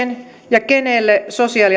ja kenelle sosiaali